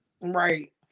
right